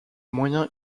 moyens